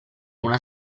una